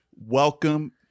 Welcome